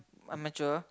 I'm mature